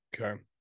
Okay